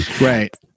Right